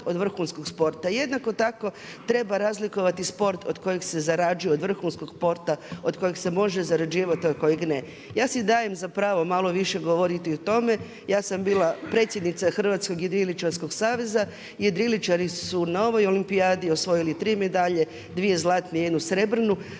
od vrhunskog sporta. Jednako tako treba razlikovati sport od kojeg se zarađuje od vrhunskog sporta od kojeg se može zarađivati, a od kojeg ne. Ja si dajem za pravo malo više govoriti o tome, ja sam bila predsjednica Hrvatskog jedriličarskog saveza i jedriličari su na ovoj olimpijadi osvojili tri medalje, dvije zlatne i jednu srebrnu.